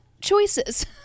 choices